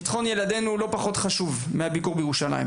בטחון ילדינו הוא לא פחות חשוב מהביקור בירושלים,